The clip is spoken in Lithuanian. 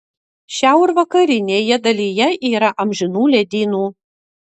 šiaurvakarinėje dalyje yra amžinų ledynų